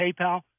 PayPal